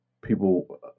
people